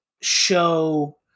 show